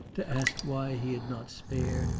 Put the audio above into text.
to ask why he had not spared,